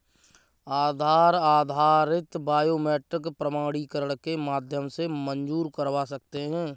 आधार आधारित बायोमेट्रिक प्रमाणीकरण के माध्यम से मंज़ूर करवा सकते हैं